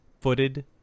footed